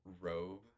robe